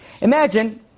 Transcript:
Imagine